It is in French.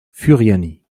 furiani